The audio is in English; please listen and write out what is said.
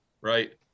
right